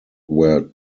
were